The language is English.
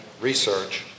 research